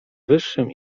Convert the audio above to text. wyższym